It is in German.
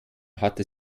hatte